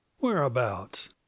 Whereabouts